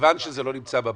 מכיוון שזה לא נמצא בבסיס,